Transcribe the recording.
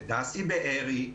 לדסי בארי,